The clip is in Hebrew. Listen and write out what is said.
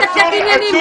די.